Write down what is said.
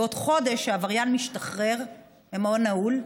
בעוד חודש העבריין משתחרר ממעון נעול.